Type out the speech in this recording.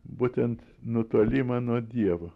būtent nutolimą nuo dievo